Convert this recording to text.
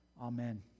Amen